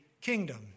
kingdom